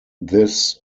this